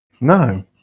no